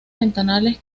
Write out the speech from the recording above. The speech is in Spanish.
ventanales